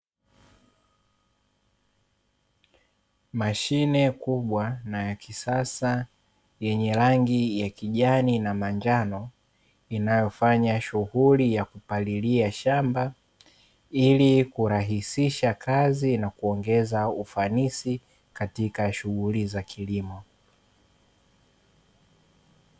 Mashine kubwa na ya kisasa yenye rangi ya kijani na manjano inayofanya shughuli ya kupalilia shamba, ili kurahisisha kazi na kuongeza ufanisi katika shughuli za kilimo.